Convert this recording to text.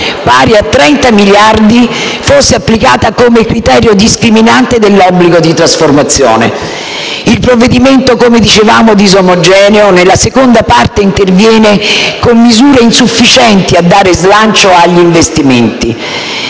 pari a 30 miliardi, fosse applicata come criterio discriminante dell'obbligo di trasformazione. Il provvedimento, come dicevamo disomogeneo, nella seconda parte interviene con misure insufficienti a dare slancio agli investimenti.